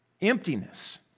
emptiness